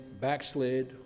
backslid